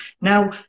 Now